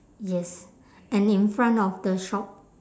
yes and in front of the shop